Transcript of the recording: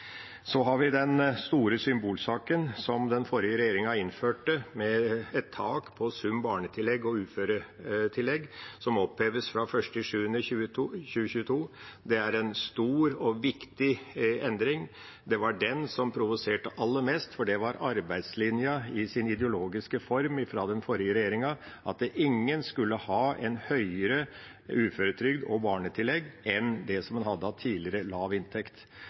Så har vi den store symbolsaken som den forrige regjeringa innførte, med et tak på summen av barnetillegg og uføretillegg, som oppheves fra 1. juli 2022. Det er en stor og viktig endring. Det var den som provoserte aller mest, for det var arbeidslinja i sin ideologiske form fra den forrige regjeringa: Ingen skulle ha høyere uføretrygd og barnetillegg enn det som en hadde av tidligere lav inntekt.